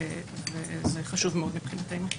וזה חשוב מאוד מבחינתנו.